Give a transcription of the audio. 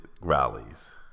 rallies